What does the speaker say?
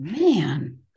Man